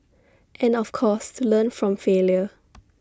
and of course to learn from failure